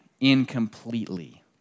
incompletely